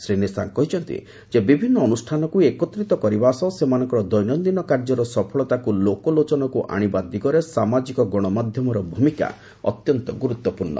ସେ କହିଛନ୍ତି ବିଭିନ୍ନ ଅନୁଷାନକୁ ଏକତ୍ରିତ କରିବା ସହ ସେମାନଙ୍କର ଦୈନନ୍ଦିନ କାର୍ଯ୍ୟର ସଫଳତାକୁ ଲୋକଲୋଚନକୁ ଆଶିବା ଦିଗରେ ସାମାଜିକ ଗଣମାଧ୍ୟମର ଭୂମିକା ଅତ୍ୟନ୍ତ ଗୁରୁତ୍ୱପୂର୍ଣ୍ଣ